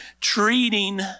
treating